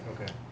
Okay